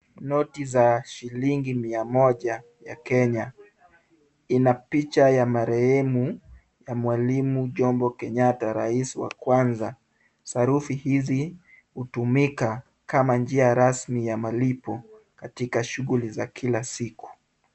Noti za shilingi mia moja ya Kenya. Ina picha ya marehemu ya mwalimu Jomo Kenyatta, rais wa kwanza. Sarufi hizi hutumika kama njia rasmi ya malipo katika shughuli za kila siku.